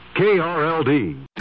KRLD